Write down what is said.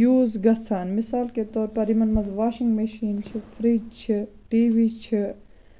use گژھان مِثال کے طور پَر یِمن منٛز واشِنگ میشیٖن چھِ فریٚج چھِ ٹی وی چھِ